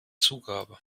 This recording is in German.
zugabe